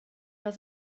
does